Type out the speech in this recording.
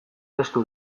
testu